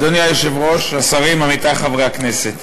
אדוני היושב-ראש, השרים, עמיתי חברי הכנסת,